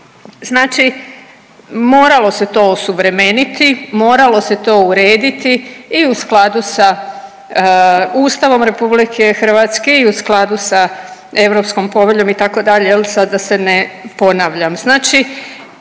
Znači, moralo se to osuvremeniti, moralo se to urediti i u skladu sa Ustavom RH i u skladu sa europskom poveljom, itd., je li, sad da se ne ponavljam.